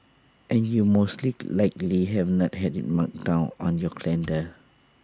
and you mostly likely have not had IT marked down on your calendar